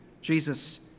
Jesus